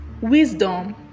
Wisdom